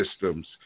systems